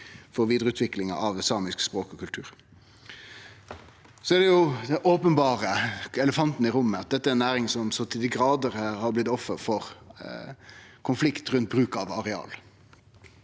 for vidareutviklinga av samisk språk og kultur. Den openberre elefanten i rommet er at dette er ei næring som så til dei grader er blitt offer for konflikt rundt bruk av areal,